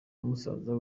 musaza